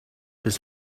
his